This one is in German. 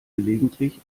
gelegentlich